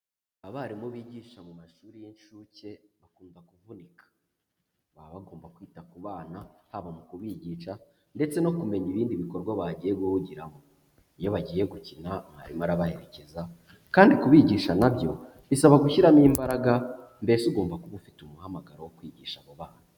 Abarimu bigisha mu mashuri y'inshuke bakunda kuvunika. Baba bagomba kwita ku bana haba mu kubigisha ndetse no kumenya ibindi bikorwa bagiye guhugiramo. Iyo bagiye gukina mwarimu arabaherekeza kandi kubigisha na byo bisaba gushyiramo imbaraga, mbese ugomba kuba ufite umuhamagaro wo kwigisha abo bana.